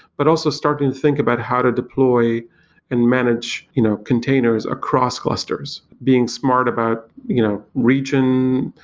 but also starting to think about how to deploy and manage you know containers across clusters, being smart about you know region,